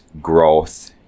growth